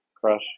Crush